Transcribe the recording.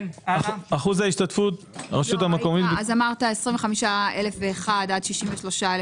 אז אמרת 21,001 עד 63,000